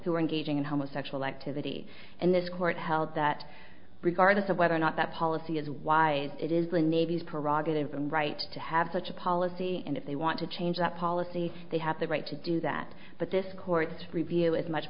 who were engaging in homosexual activity and this court held that regardless of whether or not that policy is why it is the navy's parag it isn't right to have such a policy and if they want to change the policy they have the right to do that but this court review is much